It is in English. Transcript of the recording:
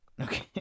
Okay